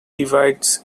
divides